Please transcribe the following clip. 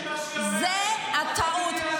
זו הטעות.